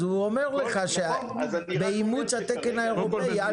אז --- אז הוא אומר לך שבאימוץ התקן האירופאי אל